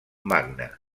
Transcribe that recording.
magne